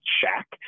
check